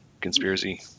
conspiracy